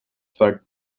for